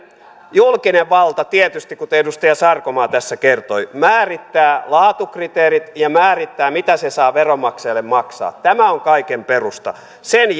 julkinen valta tietysti kuten edustaja sarkomaa tässä kertoi määrittää laatukriteerit ja määrittää mitä se saa veronmaksajalle maksaa tämä on kaiken perusta sen